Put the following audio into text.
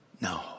no